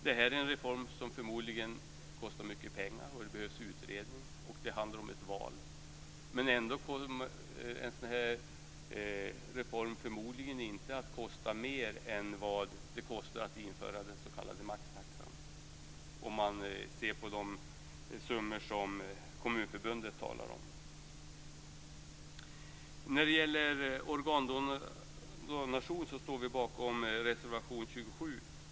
Det här är en reform som förmodligen kostar mycket pengar. Det behövs utredning och det handlar om ett val. Men ändå kommer en sådan här reform förmodligen inte att kosta mer än vad det kostar att införa den s.k. maxtaxan, om man ser på de summor som Komunförbundet talar om. När det gäller organdonation står vi bakom reservation 27.